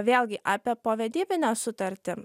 vėlgi apie povedybinę sutartį